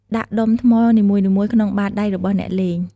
ដាក់ដុំថ្មនីមួយៗក្នុង បាតដៃ របស់អ្នកលេង។